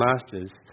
masters